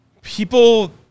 people